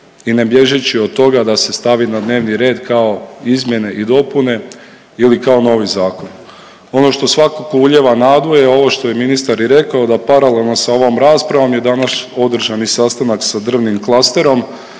i ne bježeći od toga da se stavi na dnevni red kao izmjene i dopune ili kao novi zakon. Ono što svakako ulijeva nadu je ovo što je ministar i rekao da paralelno s ovom raspravom je danas održan i sastanak sa drvnim klasterom